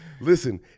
Listen